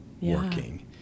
working